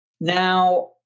Now